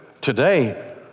today